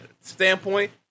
standpoint